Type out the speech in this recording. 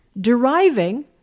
deriving